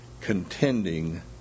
Contending